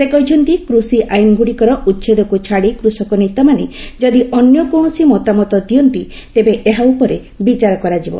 ସେ କହିଛନ୍ତି କୃଷି ଆଇନ୍ଗୁଡ଼ିକର ଉଚ୍ଛେଦକୁ ଛାଡ଼ି କୃଷକନେତାମାନେ ଯଦି ଅନ୍ୟ କୌଣସି ମତାମତ ଦିଅନ୍ତି ତେବେ ଏହା ଉପରେ ବିଚାର କରାଯିବ